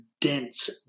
dense